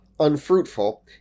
unfruitful